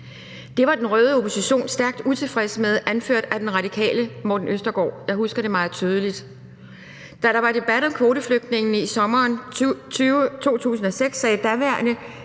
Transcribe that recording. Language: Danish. Det var den røde opposition stærkt utilfreds med, anført af den radikale Morten Østergaard; jeg husker det meget tydeligt. Da der var debat om kvoteflygtningene i sommeren 2006, sagde daværende